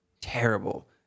terrible